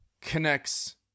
connects